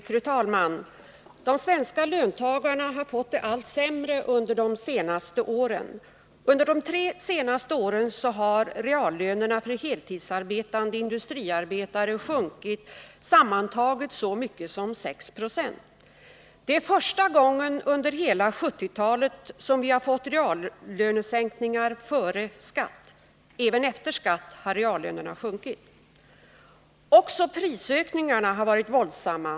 Fru talman! De svenska löntagarna har fått det allt sämre de senaste åren. Under de tre senaste åren har reallönerna för heltidsarbetande industriarbetare sjunkit, sammantaget så mycket som 6 96. Det är första gången under hela 1970-talet som vi har fått reallönesänkningar före skatt. Även efter skatt har reallönerna sjunkit. Också prisökningarna har varit våldsamma.